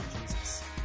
Jesus